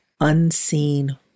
unseen